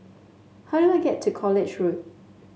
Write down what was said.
how do I get to College Road